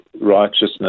righteousness